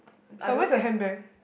but where's the handbag